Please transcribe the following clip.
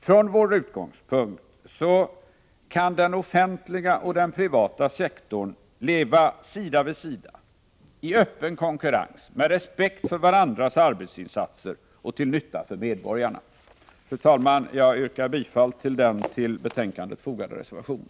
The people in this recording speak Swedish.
Från vår utgångspunkt sett kan den offentliga och den privata sektorn leva sida vid sida, i öppen konkurrens, med respekt för varandras arbetsinsatser och till nytta för medborgarna. Fru talman! Jag yrkar bifall till den till betänkandet fogade reservationen.